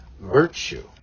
virtue